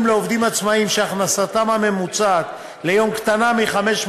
לעובדים עצמאים שהכנסתם הממוצעת ליום קטנה מ-500